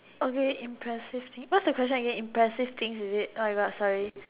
okay impressive what's the question again impressive things is it oh my god sorry